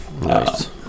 Nice